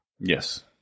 Yes